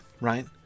right